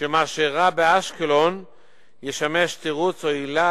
שמה שאירע באשקלון ישמש תירוץ או עילה